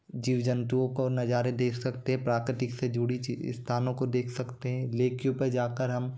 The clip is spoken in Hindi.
जीव जंतुओं के नज़ारे देख सकते हैं प्राकृतिक से जुड़ी चीज़ स्थानों को देख सकते हैं लेक्यू पर जा कर हम